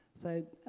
so,